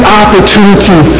opportunity